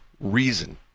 reason